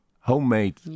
homemade